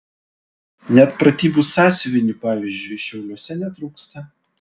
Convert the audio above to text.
net pratybų sąsiuvinių pavyzdžiui šiauliuose netrūksta